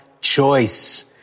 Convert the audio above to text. choice